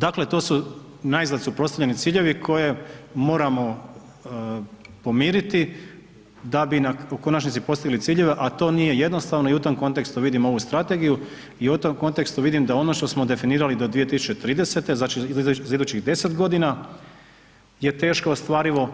Dakle, to su naizgled suprotstavljeni ciljevi koje moramo pomiriti da bi u konačnici postigli ciljeve, a to nije jednostavno i u tom kontekstu vidim ovu strategiju i u tom kontekstu vidim da ono što smo definirali do 2030., znači za idućih 10 godina je teško ostvarivo,